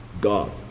God